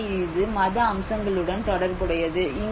எனவே இது மத அம்சங்களுடன் தொடர்புடையது